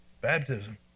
Baptism